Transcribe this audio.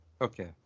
okay